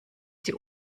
die